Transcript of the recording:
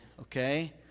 okay